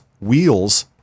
wheels